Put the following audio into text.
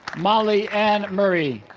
molly ann murray